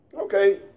Okay